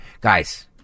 guys